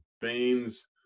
beans